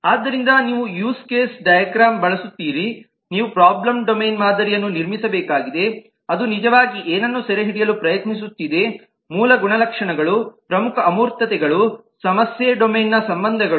ಆದ್ದರಿಂದ ನೀವು use case diagram ಬಳಸುತ್ತೀರಿ ನೀವು ಪ್ರಾಬ್ಲಮ್ ಡೊಮೇನ್ ಮಾದರಿಯನ್ನು ನಿರ್ಮಿಸಬೇಕಾಗಿದೆ ಅದು ನಿಜವಾಗಿ ಏನನ್ನು ಸೆರೆಹಿಡಿಯಲು ಪ್ರಯತ್ನಿಸುತ್ತಿದೆ ಮೂಲ ಗುಣಲಕ್ಷಣಗಳು ಪ್ರಮುಖ ಅಮೂರ್ತತೆಗಳು ಸಮಸ್ಯೆ ಡೊಮೇನ್ನ ಸಂಬಂಧಗಳು